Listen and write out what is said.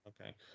Okay